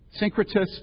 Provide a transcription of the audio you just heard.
Syncretists